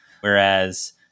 Whereas